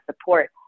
support